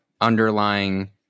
underlying